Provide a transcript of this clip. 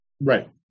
Right